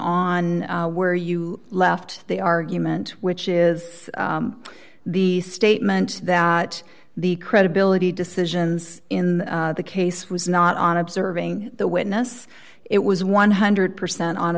on where you left the argument which is the statement that the credibility decisions in the case was not on observing the witness it was one hundred percent on